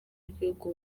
igihugu